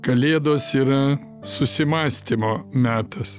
kalėdos yra susimąstymo metas